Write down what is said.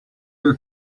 your